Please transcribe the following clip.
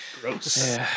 Gross